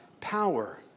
power